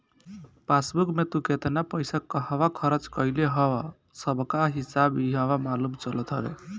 passbook में तू केतना पईसा कहवा खरच कईले हव उ सबकअ हिसाब इहवा मालूम चलत हवे